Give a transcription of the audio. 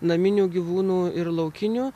naminių gyvūnų ir laukinių